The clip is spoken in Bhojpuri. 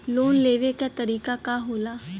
लोन लेवे क तरीकाका होला?